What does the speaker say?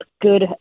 good